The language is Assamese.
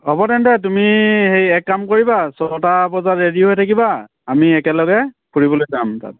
হ'ব তেন্তে তুমি হেৰি এক কাম কৰিবা ছটা বজাত ৰেডী হৈ থাকিবা আমি একেলগে ফুৰিবলৈ যাম তাত